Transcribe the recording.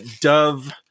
Dove